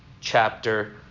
chapter